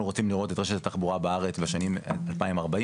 רוצים לראות את רשת התחבורה בארץ בשנים 2050-2040,